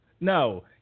No